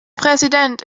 präsident